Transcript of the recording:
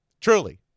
Truly